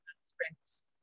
sprints